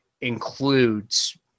includes